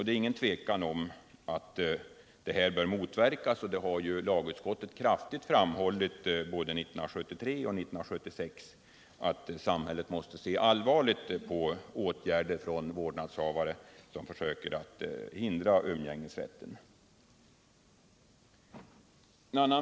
Det råder inget tvivel om att sådant bör motverkas, och lagutskottet har både 1973 och 1976 kraftigt framhållit att samhället måste se allvarligt på åtgärder från vårdnadshavare att försöka förhindra umgängesrätten.